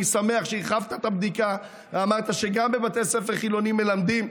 אני שמח שהרחבת את הבדיקה ואמרת שגם בבתי ספר חילוניים מלמדים.